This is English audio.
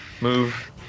move